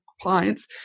clients